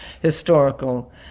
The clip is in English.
historical